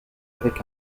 avec